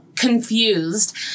confused